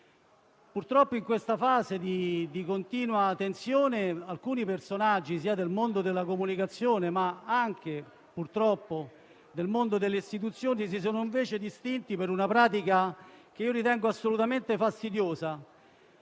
Purtroppo, in questa fase di continua tensione, alcuni personaggi del mondo della comunicazione, e purtroppo anche delle istituzioni, si sono invece distinti per una pratica che personalmente ritengo assolutamente fastidiosa,